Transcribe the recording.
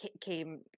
came